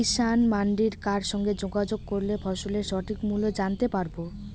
কিষান মান্ডির কার সঙ্গে যোগাযোগ করলে ফসলের সঠিক মূল্য জানতে পারবো?